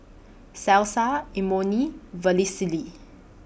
Salsa Imoni and Vermicelli